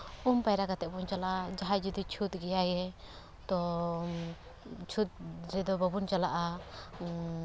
ᱩᱢ ᱯᱟᱭᱨᱟ ᱠᱟᱛᱮᱫ ᱵᱚᱱ ᱪᱟᱞᱟᱜᱼᱟ ᱡᱟᱦᱟᱸᱭ ᱡᱩᱫᱤ ᱪᱷᱩᱸᱛ ᱜᱮᱭᱟᱭᱮ ᱛᱚ ᱪᱷᱩᱸᱛ ᱨᱮᱫᱚ ᱵᱟᱵᱚᱱ ᱪᱟᱞᱟᱜᱼᱟ